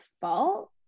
fault